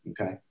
okay